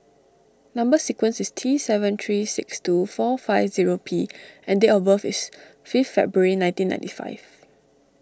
Number Sequence is T seven three six two four five zero P and date of birth is fifth February nineteen ninety five